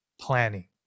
planning